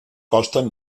costen